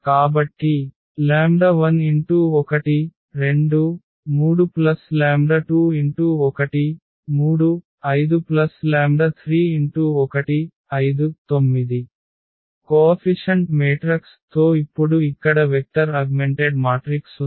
కాబట్టి 11 2 3 21 3 5 31 5 9 గుణకం మాతృక తో ఇప్పుడు ఇక్కడ వెక్టర్ అగ్మెంటెడ్ మాట్రిక్స్ ఉంది